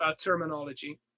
terminology